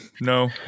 No